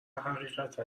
حقیقتا